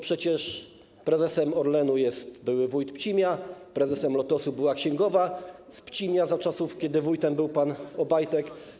Przecież prezesem Orlenu jest były wójt Pcima, prezesem Lotosu - była księgowa z Pcimia, za czasów kiedy wójtem był pan Obajtek.